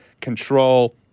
control